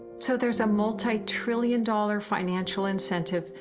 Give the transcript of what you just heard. so there's a multi-trillion dollar financial incentive,